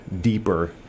deeper